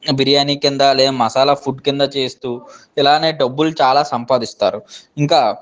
బిర్యానీ కింద లేదా మసాలా ఫుడ్ కింద చేస్తూ ఇలానే డబ్బులు చాలా సంపాదిస్తారు ఇంకా